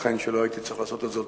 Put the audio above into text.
ייתכן שלא הייתי צריך לעשות זאת